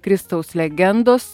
kristaus legendos